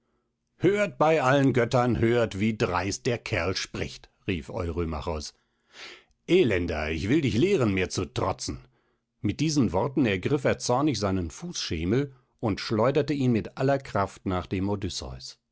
hört bei allen göttern hört wie dreist der kerl spricht rief eurymachos elender ich will dich lehren mir zu trotzen mit diesen worten ergriff er zornig seinen fußschemel und schleuderte ihn mit aller kraft nach dem